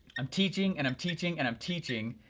i'm teaching and i'm teaching and i'm teaching,